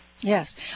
Yes